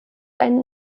einen